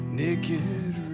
naked